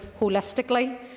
holistically